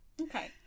Okay